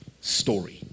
story